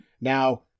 Now